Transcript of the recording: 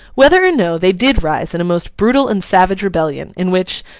whether or no, they did rise in a most brutal and savage rebellion in which,